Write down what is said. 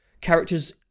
characters